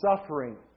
suffering